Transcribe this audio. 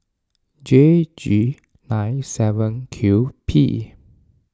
J G nine seven Q P